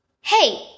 Hey